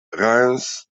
reims